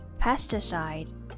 pesticide